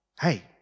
hey